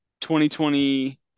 2020